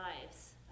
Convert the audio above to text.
lives